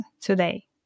today